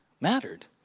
mattered